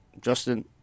Justin